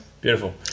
beautiful